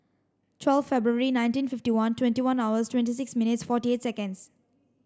twelve February nineteen fifty one twenty one hours twenty six minutes forty eight seconds